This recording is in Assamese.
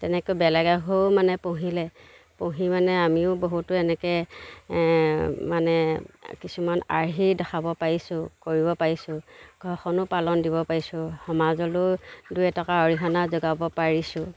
তেনেকৈ বেলেগ এঘৰো মানে পুহিলে পুহি মানে আমিও বহুতো এনেকৈ মানে কিছুমান আৰ্হি দেখাব পাৰিছোঁ কৰিব পাৰিছোঁ ঘৰখনো পালন দিব পাৰিছোঁ সমাজলৈও দুই এটকা অৰিহণা যোগাব পাৰিছোঁ